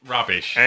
Rubbish